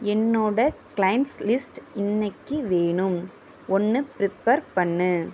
என்னோட clients list இன்னிக்கு வேணும் ஒன்று ப்ரிபேர் பண்ணு